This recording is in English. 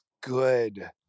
good